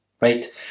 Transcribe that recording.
Right